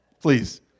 Please